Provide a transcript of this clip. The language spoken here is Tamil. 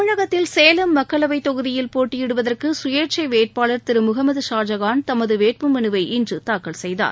தமிழகத்தில் சேலம் மக்களவைத் தொகுதியில் போட்டியிடுவதற்கு சுயேட்சை வேட்பாளர் முகமது ஷாஜஹான் தனது வேட்புமனுவை இன்று தாக்கல் செய்தார்